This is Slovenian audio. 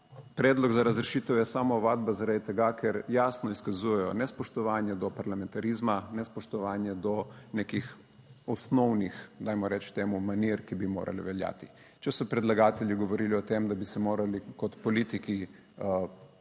predlog za razrešitev je samo ovadba, zaradi tega, ker jasno izkazujejo nespoštovanje do parlamentarizma, nespoštovanje do nekih osnovnih, dajmo reči temu, manir, ki bi morale veljati. Če so predlagatelji govorili o tem, da bi se morali kot politiki prepirati,